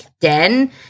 den